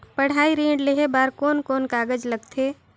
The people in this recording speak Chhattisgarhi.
पढ़ाई ऋण लेहे बार कोन कोन कागज लगथे?